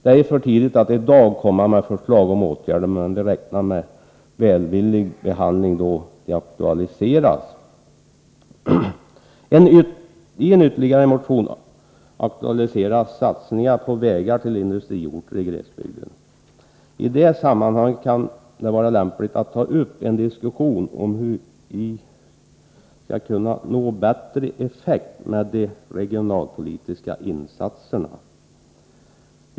Det är för tidigt att i dag lägga fram förslag till åtgärder, men vi räknar med välvillig behandling då sådana aktualiseras. I ytterligare en motion aktualiseras satsningar på vägar till industriorter i glesbygden. I det sammanhanget kan det vara lämpligt att ta upp en diskussion om hur vi skall kunna nå bättre effekt med de regionalpolitiska insatserna.